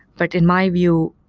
but in my view,